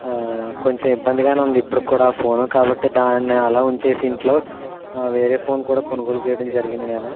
కొంచం ఇబ్బంది గానే ఉంది ఇప్పటికి కూడా ఆ ఫోను కాబట్టి దాన్ని అలా ఉంచేసి ఇంట్లో వేరే ఫోన్ కూడా కొనుగోలు చేయడం జరిగింది నేను